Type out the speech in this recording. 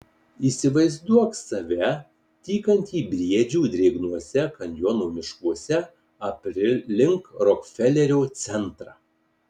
įsivaizduok save tykantį briedžių drėgnuose kanjono miškuose aplink rokfelerio centrą